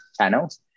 channels